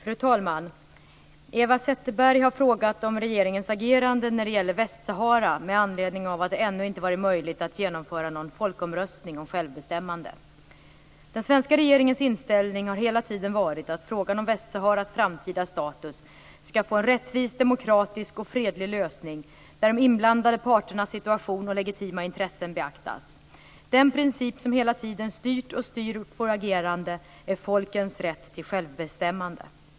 Fru talman! Eva Zetterberg har frågat om regeringens agerande när det gäller Västsahara med anledning av att det ännu inte varit möjligt att genomföra någon folkomröstning om självbestämmande. Den svenska regeringens inställning har hela tiden varit att frågan om Västsaharas framtida status ska få en rättvis, demokratisk och fredlig lösning där de inblandade parternas situation och legitima intressen beaktas. Den princip som hela tiden styrt och styr vårt agerande är folkens rätt till självbestämmande.